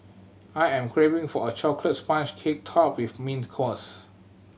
I am craving for a chocolate sponge cake topped with mint cause